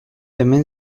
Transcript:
hemen